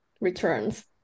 returns